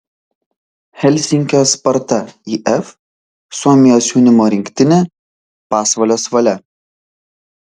helsinkio sparta if suomijos jaunimo rinktinė pasvalio svalia